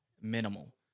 Minimal